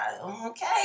Okay